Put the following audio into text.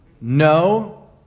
No